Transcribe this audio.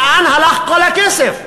לאן הלך כל הכסף?